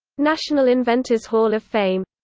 national inventors hall of fame